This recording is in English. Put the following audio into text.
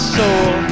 soul